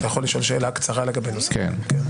אתה יכול לשאול שאלה קצרה לגבי נוסח החוק.